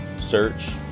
search